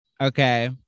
Okay